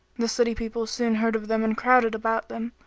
the city people soon heard of them and crowded about them,